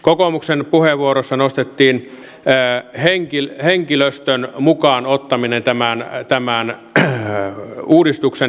kokoomuksen puheenvuorossa nostettiin henkilöstön mukaan ottaminen tämän uudistuksen jatkovalmistelussa